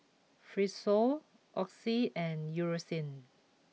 Fibrosol Oxy and Eucerin